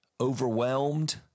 overwhelmed